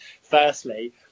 firstly